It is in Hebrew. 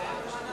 1